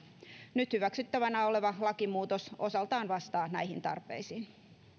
nyt hyväksyttävänä oleva lakimuutos osaltaan vastaa näihin tarpeisiin